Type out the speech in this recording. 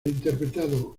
interpretado